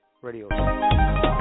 Radio